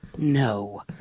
No